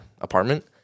apartment